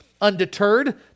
Undeterred